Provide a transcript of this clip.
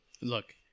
Look